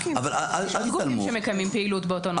יש גופים שמקיימים פעילות באותו נושא.